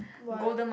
what